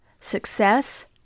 success